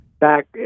back